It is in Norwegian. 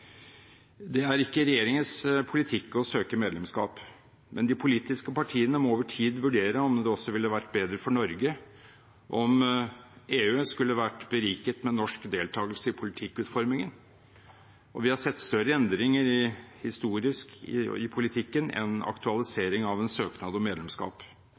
Det er ikke regjeringens politikk å søke medlemskap, men de politiske partiene må over tid vurdere om det også ville vært bedre for Norge om EU skulle vært beriket med norsk deltagelse i politikkutformingen. Vi har sett større endringer historisk i politikken enn aktualisering av en søknad om medlemskap,